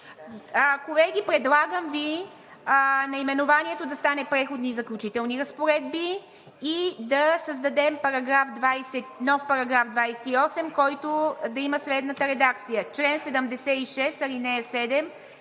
Колеги, предлагам Ви наименованието да стане „Преходни и заключителни разпоредби“ и да създадем нов § 28, който да има следната редакция: „Чл. 76, ал. 7